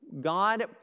God